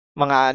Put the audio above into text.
mga